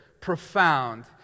profound